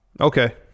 Okay